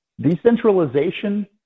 Decentralization